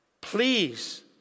Please